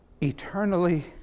eternally